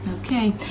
Okay